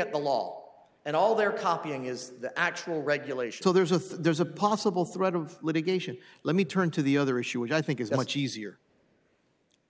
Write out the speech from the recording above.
at the law and all they're copying is the actual regulation there's a there's a possible threat of litigation let me turn to the other issue which i think is a much easier